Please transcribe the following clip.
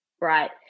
Right